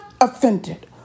offended